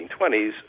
1920s